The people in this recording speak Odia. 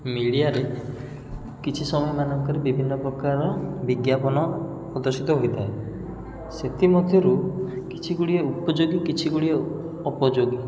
ମିଡ଼ିଆରେ କିଛି ସମୟ ମାନଙ୍କରେ ବିଭିନ୍ନ ପ୍ରକାର ବିଜ୍ଞାପନ ପ୍ରଦର୍ଶିତ ହୋଇଥାଏ ସେଥିମଧ୍ୟରୁ କିଛି ଗୁଡ଼ିଏ ଉପଯୋଗୀ କିଛି ଗୁଡ଼ିଏ ଅପଯୋଗୀ